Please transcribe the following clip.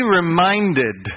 reminded